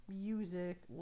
music